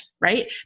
right